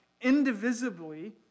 indivisibly